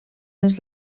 les